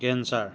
cancer